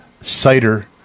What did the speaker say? cider